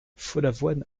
follavoine